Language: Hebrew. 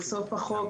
של סוף החוק,